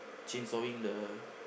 chainsawing the